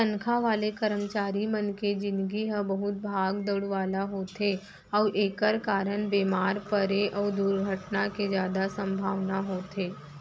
तनखा वाले करमचारी मन के निजगी ह बहुत भाग दउड़ वाला होथे अउ एकर कारन बेमार परे अउ दुरघटना के जादा संभावना होथे